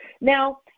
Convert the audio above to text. Now